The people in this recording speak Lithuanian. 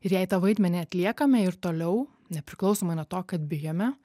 ir jei tą vaidmenį atliekame ir toliau nepriklausomai nuo to kad bijome